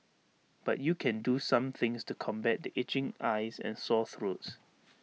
but you can do some things to combat the itching eyes and sore throats